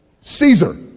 Caesar